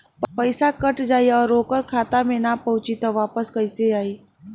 पईसा कट जाई और ओकर खाता मे ना पहुंची त वापस कैसे आई?